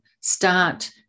start